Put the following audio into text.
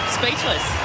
speechless